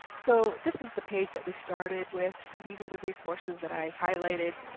so this is the page that we started with. these are the resources that i highlighted.